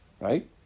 right